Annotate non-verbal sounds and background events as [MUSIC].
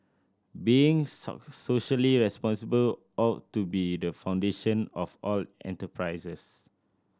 being [UNINTELLIGIBLE] socially responsible ought to be the foundation of all the enterprises